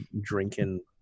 drinking